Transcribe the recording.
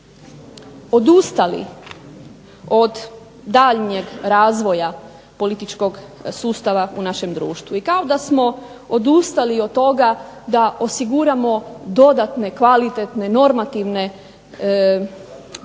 odustali od daljnjeg razvoja političkog sustava u našem društvu i kao da smo odustali od toga da osiguramo dodatne, kvalitetne, normativne